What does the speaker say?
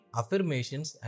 affirmations